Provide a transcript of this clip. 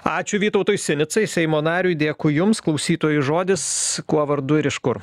ačiū vytautui sinicai seimo nariui dėkui jums klausytojui žodis kuo vardu ir iš kur